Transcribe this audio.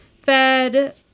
fed